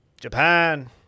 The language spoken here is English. Japan